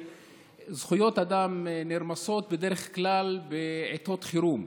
שזכויות אדם נרמסות בדרך כלל בעיתות חירום.